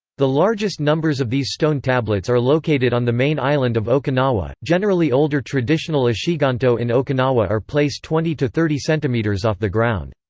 the largest numbers of these stone tablets are located on the main island of okinawa. generally older traditional ishiganto in okinawa are place twenty thirty centimeters off the ground.